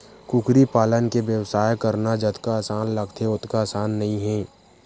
कुकरी पालन के बेवसाय करना जतका असान लागथे ओतका असान नइ हे